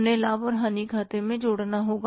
उन्हें लाभ और हानि खाते में जोड़ना होगा